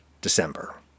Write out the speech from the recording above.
December